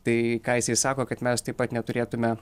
tai ką jisai sako kad mes taip pat neturėtume